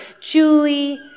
Julie